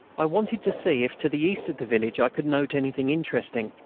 i wanted to see if to the east of the village i could note anything interesting,